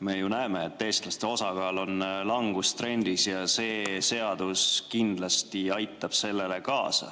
Me ju näeme, et eestlaste osakaal on langemas, ja see seadus kindlasti aitab sellele kaasa.